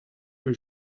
que